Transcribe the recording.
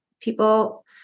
people